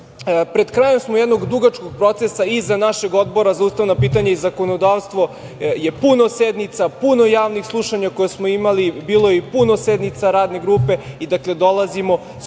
krajem smo jednog dugačkog procesa iza našeg Odbora za ustavna pitanja i zakonodavstvo, je puno sednica, puno javnih slušanja koja smo imali, bilo je i puno sednica radne grupe. Dakle, dolazimo